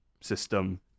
system